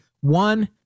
One